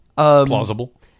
Plausible